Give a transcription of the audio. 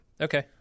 Okay